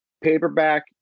paperback